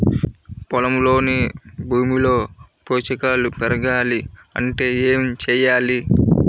పొలంలోని భూమిలో పోషకాలు పెరగాలి అంటే ఏం చేయాలి?